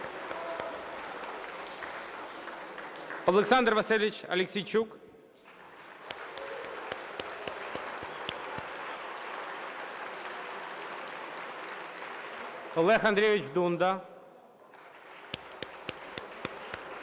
Олександр Васильович Аліксійчук, Олег Андрійович Дунда